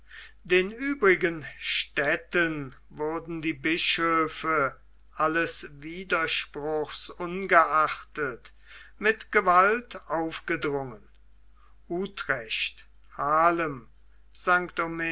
den übrigen städten wurden die bischöfe alles widerspruchs ungeachtet mit gewalt aufgedrungen utrecht haarlem st